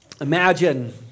Imagine